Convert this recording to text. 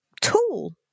tool